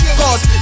cause